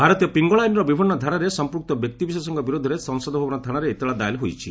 ଭାରତୀୟ ପିଙ୍ଗଳ ଆଇନର ବିଭିନ୍ନ ଧାରାରେ ସଂପୂକ୍ତ ବ୍ୟକ୍ତିବିଶେଷଙ୍କ ବିରୋଧରେ ସଂସଦ ଭବନ ଥାନାରେ ଏତଲା ଦାୟର ହୋଇଛି